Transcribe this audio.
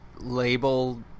label